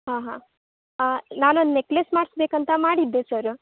ಹಾಂ ಹಾಂ ನಾನೊಂದು ನೆಕ್ಲೇಸ್ ಮಾಡಿಸ್ಬೇಕಂತ ಮಾಡಿದ್ದೆ ಸರ್